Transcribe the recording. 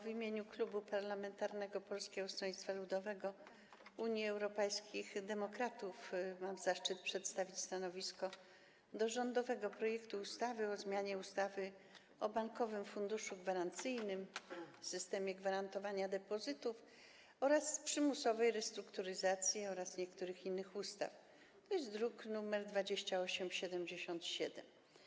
W imieniu Klubu Poselskiego Polskiego Stronnictwa Ludowego - Unii Europejskich Demokratów mam zaszczyt przedstawić stanowisko wobec rządowego projektu ustawy o zmianie ustawy o Bankowym Funduszu Gwarancyjnym, systemie gwarantowania depozytów oraz przymusowej restrukturyzacji oraz niektórych innych ustaw, druk nr 2877.